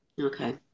Okay